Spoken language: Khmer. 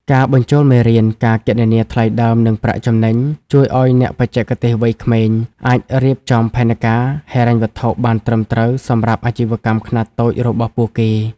ការបញ្ចូលមេរៀន "ការគណនាថ្លៃដើម និងប្រាក់ចំណេញ" ជួយឱ្យអ្នកបច្ចេកទេសវ័យក្មេងអាចរៀបចំផែនការហិរញ្ញវត្ថុបានត្រឹមត្រូវសម្រាប់អាជីវកម្មខ្នាតតូចរបស់ពួកគេ។